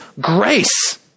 grace